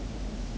mm